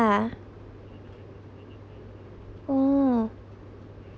ah oh